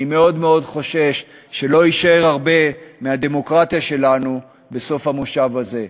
אני מאוד מאוד חושש שלא יישאר הרבה מהדמוקרטיה שלנו בסוף המושב הזה.